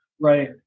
Right